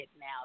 now